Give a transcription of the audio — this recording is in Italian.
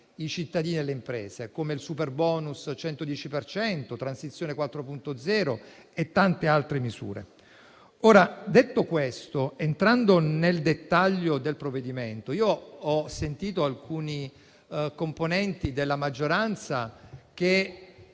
i cittadini e le imprese, come il superbonus al 110 per cento, Transizione 4.0 e tante altre misure. Detto questo, entrando nel dettaglio del provvedimento, ho sentito alcuni componenti della maggioranza